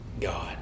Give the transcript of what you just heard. God